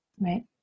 Right